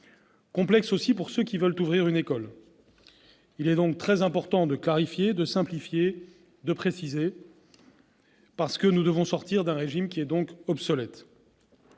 complexe aussi pour ceux qui veulent ouvrir une école. Il est donc très important de clarifier, de simplifier et de préciser, pour sortir d'un régime obsolète,